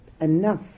enough